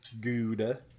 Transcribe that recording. Gouda